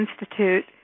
Institute